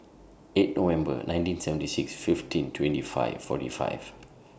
eight November nineteen seventy six fifteen twenty five forty five